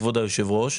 כבוד היושב-ראש.